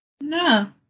No